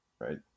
right